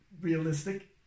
realistic